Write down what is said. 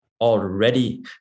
already